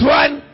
one